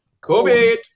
Covid